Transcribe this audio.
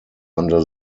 under